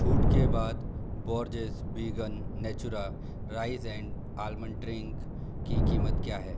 छूट के बाद Borges vegan natura rice and almond drink की कीमत क्या है